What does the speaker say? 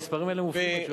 המספרים האלה מופיעים.